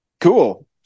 Cool